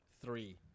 three